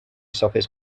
sopes